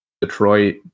Detroit